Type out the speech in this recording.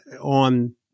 on